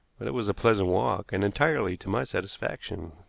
but it was a pleasant walk, and entirely to my satisfaction.